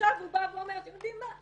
עכשיו הוא בא ואומר: אתם יודעים מה?